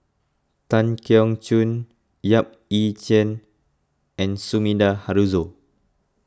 Tan Keong Choon Yap Ee Chian and Sumida Haruzo